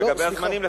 לגבי הזמנים לפחות.